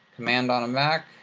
command on a mac.